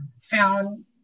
found